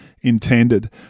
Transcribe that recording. intended